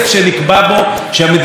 יש לנו תעשייה משגשגת.